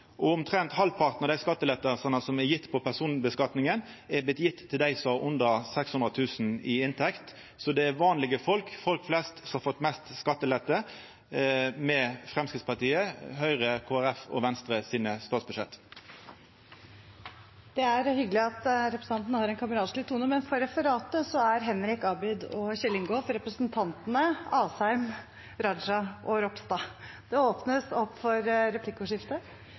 dag. Omtrent halvparten av skattelettane på personskattlegginga har vorte gjevne til dei som har under 600 000 kr i inntekt. Det er vanlege folk, folk flest, som har fått størst skattelette med statsbudsjetta til Framstegspartiet, Høgre, Kristeleg Folkeparti og Venstre. Det er hyggelig at representanten har en kameratslig tone, men i referatet er Henrik, Abid og Kjell Ingolf representantene Asheim, Raja og Ropstad. Det blir replikkordskifte.